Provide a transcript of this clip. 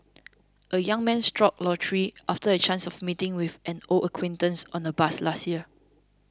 a young man struck lottery after a chance of meeting with an old acquaintance on a bus last year